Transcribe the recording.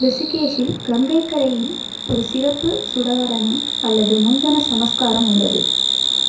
ரிஷிகேஷில் கங்கைக் கரையில் ஒரு சிறப்பு சுடகரணம் அல்லது முந்தின சம்ஸ்காரம் உள்ளது